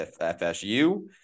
FSU